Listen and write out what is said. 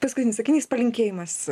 paskutinis sakinys palinkėjimas